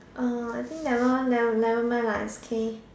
uh I think that one neve~ nevermind lah it's okay